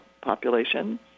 population